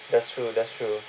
that's true that's true